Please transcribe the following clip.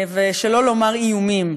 שלא לומר איומים.